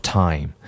time